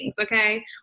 okay